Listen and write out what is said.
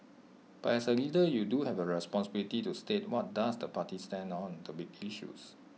but as A leader you do have A responsibility to state what does the party stand on the big issues